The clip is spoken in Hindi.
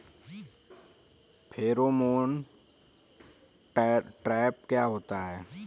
फेरोमोन ट्रैप क्या होता है?